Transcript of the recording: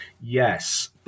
yes